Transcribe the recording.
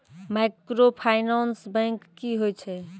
Microfinance bank की होय छै?